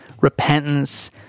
repentance